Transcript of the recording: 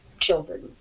children